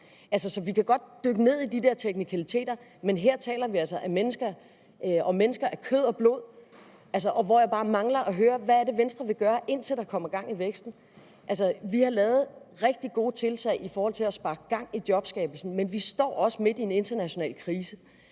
vi kan godt dykke ned i de der teknikaliteter, men her taler vi altså om mennesker af kød og blod. Jeg mangler bare at høre, hvad Venstre vil gøre, indtil der kommer gang i væksten. Vi har lavet rigtig gode tiltag for at få gang i jobskabelsen, men samfundet står også midt i en international krise.